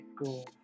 school